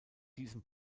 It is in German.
diesem